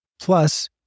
Plus